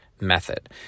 Method